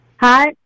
Hi